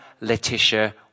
Letitia